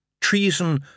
Treason